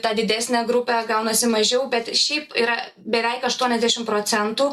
tą didesnę grupę gaunasi mažiau bet šiaip yra beveik aštuoniasdešim procentų